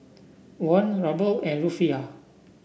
Won Ruble and Rufiyaa